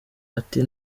ati